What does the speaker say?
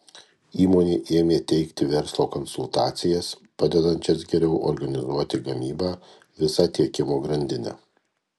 įmonė ėmė teikti verslo konsultacijas padedančias geriau organizuoti gamybą visą tiekimo grandinę